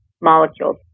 molecules